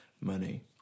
money